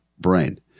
brain